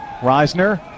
Reisner